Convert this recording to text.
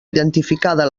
identificada